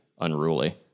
unruly